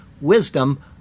wisdom